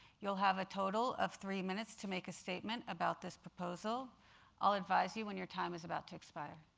you'll have a total of three minutes to make a statement about this proposal i'll advise you when your time is about to expire.